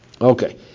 Okay